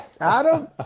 Adam